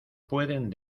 pueden